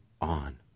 on